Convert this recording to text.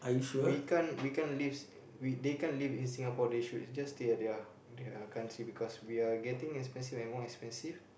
we can't we can't lives we they can't live in Singapore they should just stay at their their country because we are getting expensive and more expensive